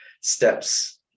steps